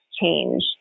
change